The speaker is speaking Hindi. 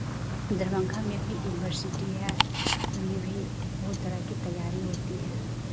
दरभंगा में भी यूनिवर्सिटी है उनमें भी बहुत तरह की तैयारी होती है